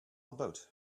about